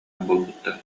буолбуттар